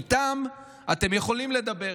איתם אתם יכולים לדבר,